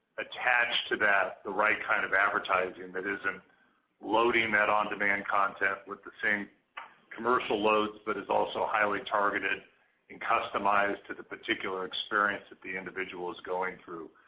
attached to that, the right kind of advertising that isn't loading that on-demand content with the same commercial loads but is also highly targeted and customized to the particular experience that the individuals going through.